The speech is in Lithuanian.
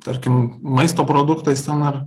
tarkim maisto produktais ten ar